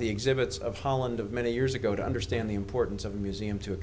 the exhibits of holland of many years ago to understand the importance of a museum to a